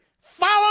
follow